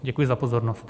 Děkuji za pozornost.